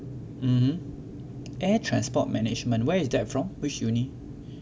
mm air transport management where is that from which uni